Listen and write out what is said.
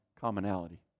commonality